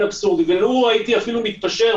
על לא כלום בוודאי שאנחנו מעדיפים את זה,